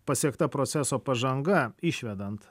pasiekta proceso pažanga išvedant